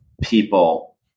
people